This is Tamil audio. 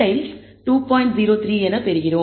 03 என பெறுவோம்